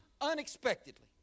unexpectedly